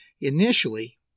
initially